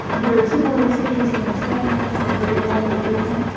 and here are two more researchers and that i'm standing with the great walter freeman,